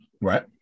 Right